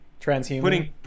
Transhuman